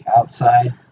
outside